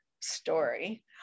story